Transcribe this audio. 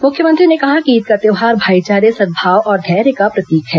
मुख्यमंत्री ने कहा कि ईद का त्यौहार भाईचारे सद्भाव और धैर्य का प्रतीक है